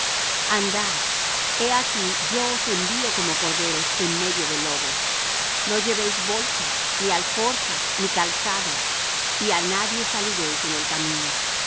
andad he aquí yo os envío como corderos en medio de lobos no llevéis bolsa ni alforja ni calzado y á nadie saludéis en el camino